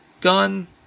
Gun